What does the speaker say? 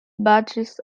badges